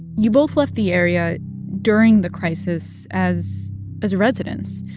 you both left the area during the crisis as as residents.